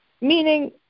Meaning